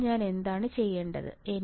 ഇപ്പോൾ ഞാൻ എന്താണ് ചെയ്യേണ്ടത്